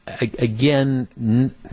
again